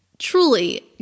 truly